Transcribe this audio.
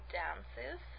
dances